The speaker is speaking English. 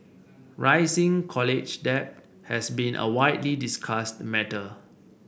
rising college debt has been a widely discussed matter